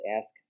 ask